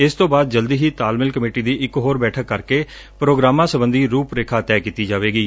ਇਸ ਤੋਂ ਬਾਅਦ ਜਲਦੀ ਹੀ ਤਾਲਮੇਲ ਕਮੇਟੀ ਦੀ ਇਕ ਹੋਰ ਬੈਠਕ ਕਰਕੇ ਪ੍ਰੋਗਰਾਮਾਂ ਸਬੰਧੀ ਰੁਪ ਰੇਖਾ ਤੈਅ ਕੀਤੀ ਜਾਵੇਗੀ